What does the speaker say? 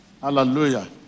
Hallelujah